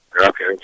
Okay